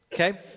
Okay